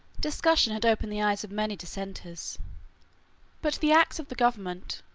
discussion had opened the eyes of many dissenters but the acts of the government,